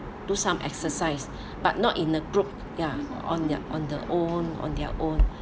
do some exercise but not in a group ya on their on the own on their own